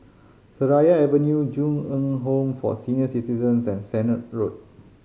Seraya Avenue Ju Eng Home for Senior Citizens and Sennett Road